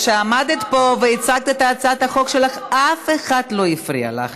כשעמדת פה והצגת את הצעת החוק שלך אף אחד לא הפריע לך.